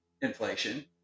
inflation